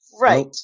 right